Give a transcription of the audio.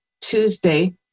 Tuesday